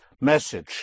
message